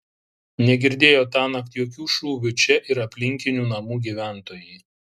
negirdėjo tąnakt jokių šūvių čia ir aplinkinių namų gyventojai